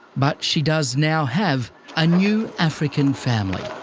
but she does now have a new african family.